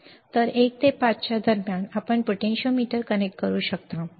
तर 1 ते 5 दरम्यान आपण पोटेंशियोमीटर कनेक्ट करू शकता बरोबर